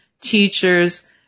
teachers